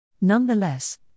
Nonetheless